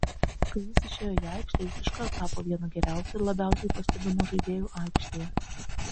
kai jis išėjo į aikštę jis iškart tapo vienu geriausiu ir labiausiai pastebimu žaidėju aikštėje